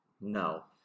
No